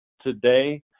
today